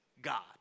God